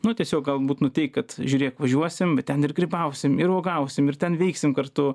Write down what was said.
nu tiesiog galbūt nuteik kad žiūrėk važiuosim ten ir grybausim ir uogausim ir ten veiksim kartu